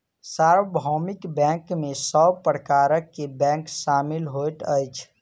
सार्वभौमिक बैंक में सब प्रकार के बैंक शामिल होइत अछि